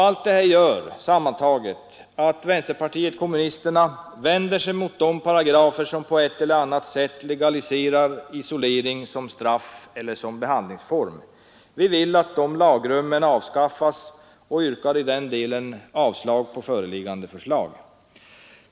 Allt detta sammantaget gör att vänsterpartiet kommunisterna vänder sig mot alla de paragrafer som på ett eller annat sätt legaliserar isolering som straff eller ”behandlingsform”. Vi vill att dessa lagrum skall 37 avskaffas och yrkar i denna del avslag på föreliggande förslag.